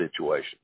situation